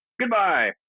Goodbye